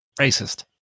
Racist